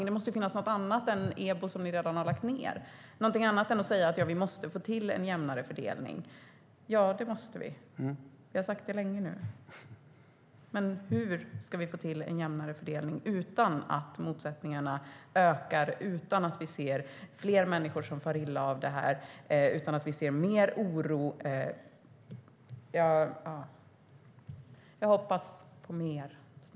Det måste finnas något annat än EBO, som vi redan har lagt ned, något annat än att säga att vi måste få till en jämnare fördelning. Visst måste vi det. Vi har sagt det länge nu. Men hur ska vi få till en jämnare fördelning utan att motsättningarna ökar, utan att vi ser fler människor som far illa av detta, utan att vi ser mer oro? Jag hoppas på mer!